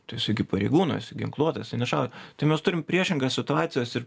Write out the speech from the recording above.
tai jisai gi pareigūnas jisai ginkluotas jisai nešaudė tai mes turim priešingas situacijas ir